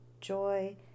joy